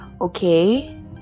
Okay